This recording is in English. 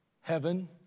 Heaven